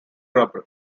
rubble